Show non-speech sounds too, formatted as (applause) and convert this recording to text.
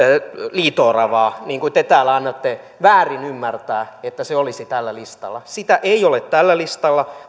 liito oravaa niin kuin te täällä annatte väärin ymmärtää että se olisi tällä listalla sitä ei ole tällä listalla (unintelligible)